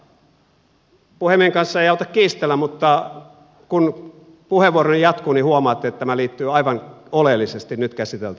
puhemiehen kanssa ei auta kiistellä mutta kun puheenvuoroni jatkuu niin huomaatte että tämä liittyy aivan oleellisesti nyt käsiteltävänä olevaan asiaan